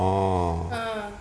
orh